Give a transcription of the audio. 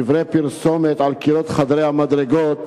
דברי פרסומת על קירות חדרי המדרגות,